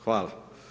Hvala.